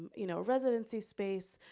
you know, residency space.